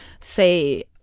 say